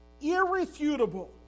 irrefutable